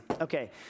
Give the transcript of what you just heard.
Okay